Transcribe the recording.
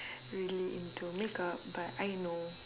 really into makeup but I know